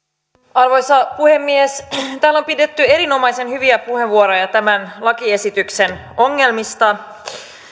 arvoisa puhemies täällä on käytetty erinomaisen hyviä puheenvuoroja tämän lakiesityksen ongelmista